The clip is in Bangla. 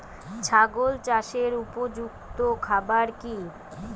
ছাগল চাষের উপযুক্ত খাবার কি কি?